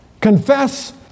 Confess